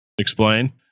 Explain